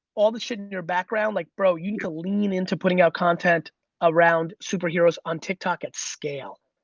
all the shit in your background, like bro you need to lean into putting out content around superheros on tik tok at scale.